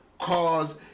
cause